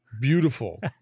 beautiful